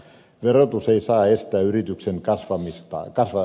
verotus ei saa estää yrityksen kasvamista